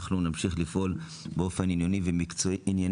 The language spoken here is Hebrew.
אנחנו נמשיך לפעול באופן ענייני ומקצועי